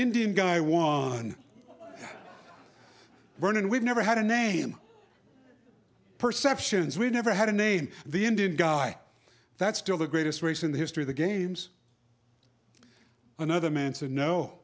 indian guy wallen vernon we've never had a name perceptions we've never had a name the indian guy that's still the greatest race in the history of the games another man said no